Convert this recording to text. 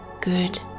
good